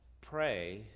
Pray